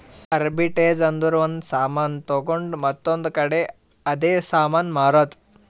arbitrage ಅಂದುರ್ ಒಂದ್ ಸಾಮಾನ್ ತೊಂಡು ಮತ್ತೊಂದ್ ಕಡಿ ಅದೇ ಸಾಮಾನ್ ಮಾರಾದ್